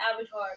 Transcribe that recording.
Avatar